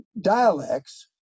dialects